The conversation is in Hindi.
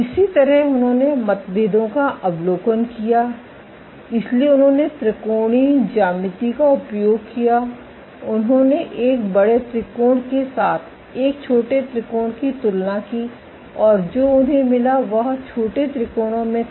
इसी तरह उन्होंने मतभेदों का अवलोकन किया इसलिए उन्होंने त्रिकोणीय ज्यामिति का उपयोग किया उन्होंने एक बड़े त्रिकोण के साथ एक छोटे त्रिकोण की तुलना की और जो उन्हें मिला वह छोटे त्रिकोणों में था